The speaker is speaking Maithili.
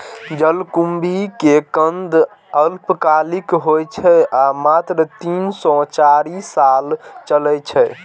जलकुंभी के कंद अल्पकालिक होइ छै आ मात्र तीन सं चारि साल चलै छै